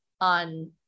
on